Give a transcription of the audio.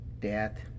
death